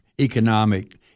economic